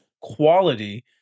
quality